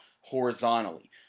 horizontally